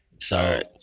Sorry